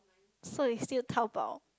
so it's still Taobao